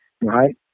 right